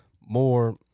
more